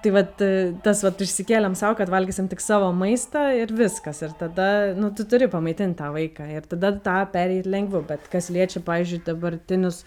tai vat e tas vat išsikėlėm sau kad valgysim tik savo maistą ir viskas ir tada nu tu turi pamaitint tą vaiką ir tada tą pereit lengviau bet kas liečia pavyzdžiui dabartinius